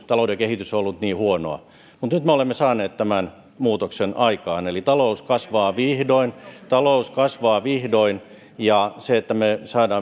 talouden kehitys on ollut niin huonoa mutta nyt me olemme saaneet tämän muutoksen aikaan eli talous kasvaa vihdoin talous kasvaa vihdoin ja kun me saamme